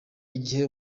igihe